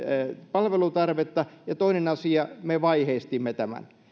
palvelutarvetta ja toinen asia me vaiheistimme tämän